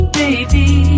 baby